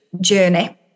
journey